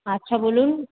আচ্ছা বলুন